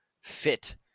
fit